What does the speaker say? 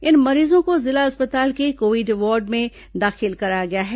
इन मरीजों को जिला अस्पताल के कोविड वार्ड में दाखिल कराया गया है